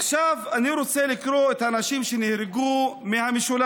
עכשיו אני רוצה לקרוא את שמות האנשים שנהרגו מהמשולש.